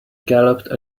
galloped